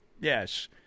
Yes